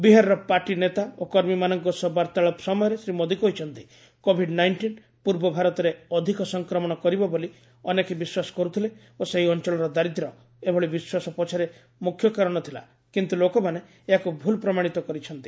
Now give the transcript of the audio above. ବିହାରର ପାର୍ଟି ନେତା ଓ କର୍ମୀମାନଙ୍କ ସହ ବାର୍ତ୍ତାଳାପ ସମୟରେ ଶ୍ରୀ ମୋଦୀ କହିଛନ୍ତି କୋଭିଡ୍ ନାଇଷ୍ଟିନ୍ ପୂର୍ବ ଭାରତରେ ଅଧିକ ସଂକ୍ରମଣ କରିବ ବୋଲି ଅନେକେ ବିଶ୍ୱାସ କରୁଥିଲେ ଓ ସେହି ଅଞ୍ଚଳର ଦାରିଦ୍ର୍ୟ ଏଭଳି ବିଶ୍ୱାସ ପଛରେ ମୁଖ୍ୟ କାରଣ ଥିଲା କିନ୍ତୁ ଲୋକମାନେ ଏହାକୁ ଭୁଲ୍ ପ୍ରମାଣିତ କରିଛନ୍ତି